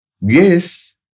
Yes